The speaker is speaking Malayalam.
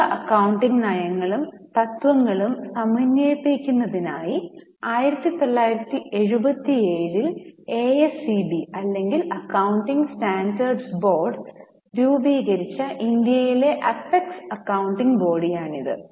വിവിധ അക്കൌണ്ടിംഗ് നയങ്ങളും തത്വങ്ങളും സമന്വയിപ്പിക്കുന്നതിനായി 1977 ൽ എ എസ് ബി അല്ലെങ്കിൽ അക്കൌണ്ടിംഗ് സ്റ്റാൻഡേർഡ് ബോർഡ് രൂപീകരിച്ച ഇന്ത്യയിലെ അപെക്സ് അക്കൌണ്ടിംഗ് ബോഡിയാണിത്